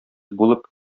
булып